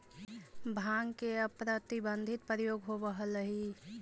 भाँग के अप्रतिबंधित प्रयोग होवऽ हलई